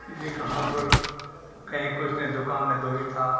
यह कहाँ पर कहीं कुछ ना दुकान ना दौरी था